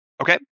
Okay